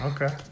Okay